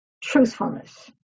truthfulness